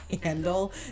handle